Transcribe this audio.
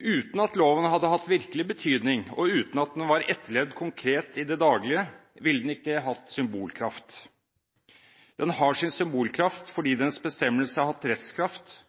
Uten at loven hadde hatt virkelig betydning, og uten at den var etterlevd konkret i det daglige, ville den ikke hatt symbolkraft. Den har sin symbolkraft fordi dens bestemmelser har hatt rettskraft,